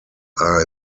are